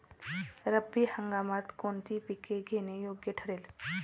रब्बी हंगामात कोणती पिके घेणे योग्य ठरेल?